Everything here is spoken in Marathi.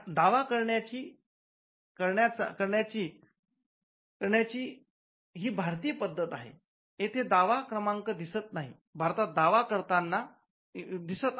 दावा करण्याची हा भारतीय पद्धत आहे आणि येथे दावा क्रमांक एक दिसत आहे